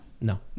No